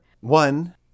One